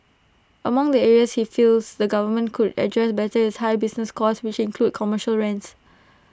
among the areas he feels the government could address better is high business costs which include commercial rents